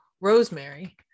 rosemary